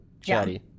chatty